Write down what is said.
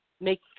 make